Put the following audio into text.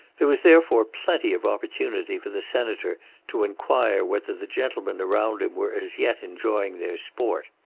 there was therefore plenty of opportunity for the senator to inquire whether the gentlemen around him were as yet enjoying their sport.